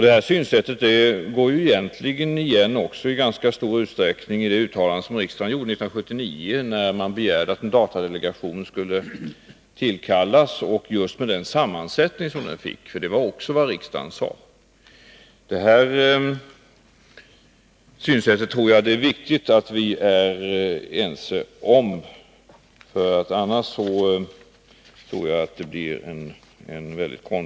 Detta synsätt går egentligen i ganska stor utsträckning igen i det uttalande som riksdagen gjorde 1979, när man begärde att en datadelegation skulle tillkallas — just med den sammansättning som den fick, för det var också vad riksdagen sade. Det är viktigt att vi är ense om det här synsättet och inte talar förbi varandra.